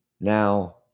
Now